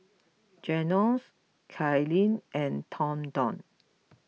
Junious Cailyn and Thornton